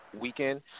weekend